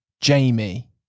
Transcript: Jamie